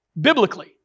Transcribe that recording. biblically